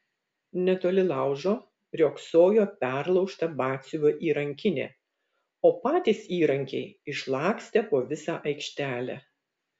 netoli laužo riogsojo perlaužta batsiuvio įrankinė o patys įrankiai išlakstę po visą aikštelę